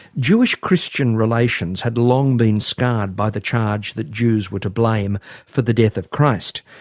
jewish-christian relations had long been scarred by the charge that jews were to blame for the death of christ.